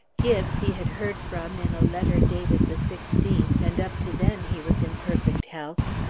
gibbes he had heard from in a letter dated the sixteenth, and up to then he was in perfect health.